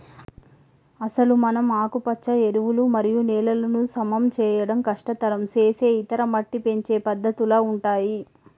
అసలు మనం ఆకుపచ్చ ఎరువులు మరియు నేలలను సమం చేయడం కష్టతరం సేసే ఇతర మట్టి పెంచే పద్దతుల ఉంటాయి